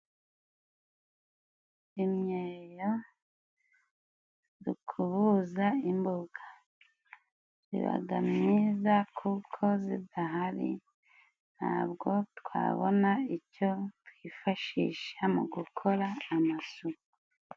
Imyeyo dukubuza imbuga, zibaga myiza kuko zidahari ntabwo twabona icyo twifashisha mu gukora amasuku.